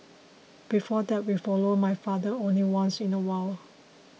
before that we followed my father only once in a while